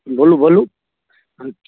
बोलू बोलू हँ